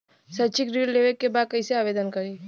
शैक्षिक ऋण लेवे के बा कईसे आवेदन करी?